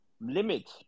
limit